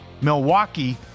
Milwaukee